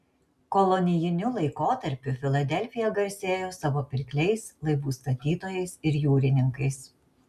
kolonijiniu laikotarpiu filadelfija garsėjo savo pirkliais laivų statytojais ir jūrininkais